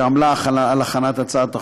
שעמלה על הכנת הצעת החוק.